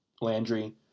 Landry